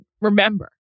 remember